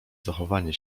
zachowanie